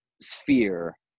sphere